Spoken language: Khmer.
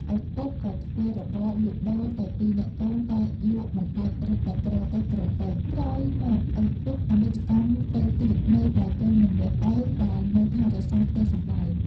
ឪពុកក៏ធ្វើរបរលក់ដូរតែពីរនាក់កូនតែលក់មិនដាច់រឹតតែក្រទៅៗ ក្រោយមកឪពុកអនិច្ចកម្មទៅទៀតនៅតែកូនម្នាក់ឯងដែលនៅថែរក្សាផ្ទះសំបែង។